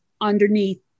underneath